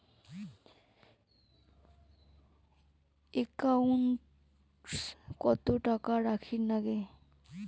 একাউন্টত কত টাকা রাখীর নাগে?